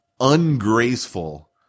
ungraceful